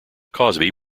cosby